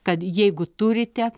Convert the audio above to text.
kad jeigu turite